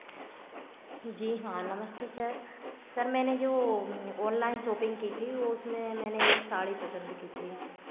जी हाँ नमस्ते sir sir मैंने जो ऑनलाइन शॉपिंग की थी वो उसमें मैंने एक साड़ी पसंद की थी